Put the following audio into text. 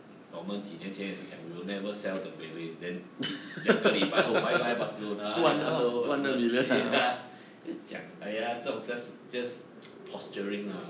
dorman 几年前也是讲 we will never sell the mayway then 两个礼拜后 bye bye barcelona eh hello barce~ is ya just 讲 !aiya! 这种 just just posturing